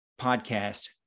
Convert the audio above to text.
podcast